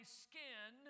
skin